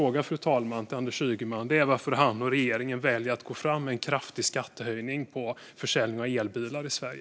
Min fråga till Anders Ygeman är varför han och regeringen väljer att gå fram med en kraftig skattehöjning på försäljning av elbilar i Sverige.